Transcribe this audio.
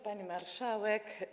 Pani Marszałek!